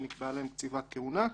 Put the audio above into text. שנקבעה להם קציבת כהונה.